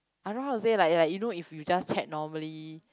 I don't know how to say like like you know if you just chat normally